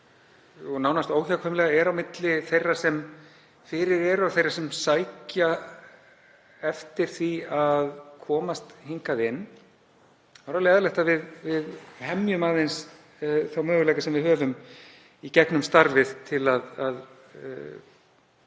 og nánast óhjákvæmilega er á milli þeirra sem fyrir eru og þeirra sem sækja eftir því að komast hingað inn. Það er alveg eðlilegt að við hemjum aðeins þá möguleika sem við höfum í gegnum starfið til að